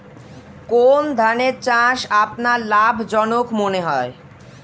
কোন ধানের চাষ আপনার লাভজনক মনে হয়?